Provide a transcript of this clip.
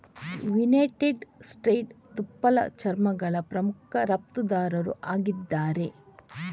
United States ತುಪ್ಪಳ ಚರ್ಮಗಳ ಪ್ರಮುಖ ರಫ್ತುದಾರರು ಆಗಿದ್ದಾರೆ